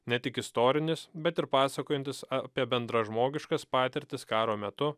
ne tik istorinis bet ir pasakojantis apie bendražmogiškas patirtis karo metu